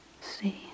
see